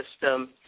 system